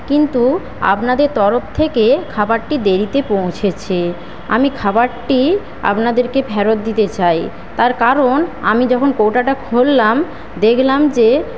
কিন্তু আপনাদের তরফ থেকে খাবারটি দেরীতে পৌঁছেছে আমি খাবারটি আপনাদেরকে ফেরত দিতে চাই তার কারণ আমি যখন কৌটাটা খুললাম দেখলাম যে